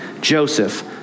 Joseph